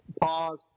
pause